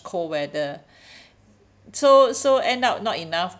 cold weather so so end up not enough